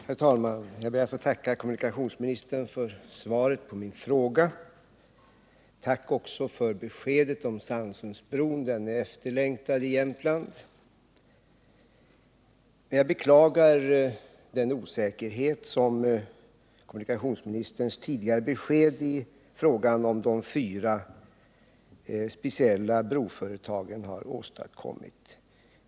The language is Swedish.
Herr talman! Jag ber att få tacka kommunikationsministern för svaret på min fråga. Jag tackar också för beskedet om Sannsundsbron — den är efterlängtad i Jämtland. Men jag beklagar den osäkerhet som kommunikationsministerns tidigare besked i fråga om de fyra speciella broföretagen har åstadkommit.